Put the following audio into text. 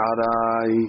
Adai